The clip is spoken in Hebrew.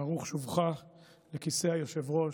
ברוך שובך לכיסא היושב-ראש.